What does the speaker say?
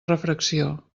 refracció